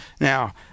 Now